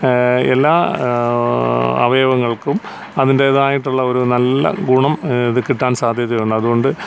എല്ലാ അവയവങ്ങൾക്കും അതിൻ്റേതായിട്ടുള്ള ഒരു നല്ല ഗുണം ഇത് കിട്ടാൻ സാധ്യതയുണ്ട് അതുകൊണ്ട്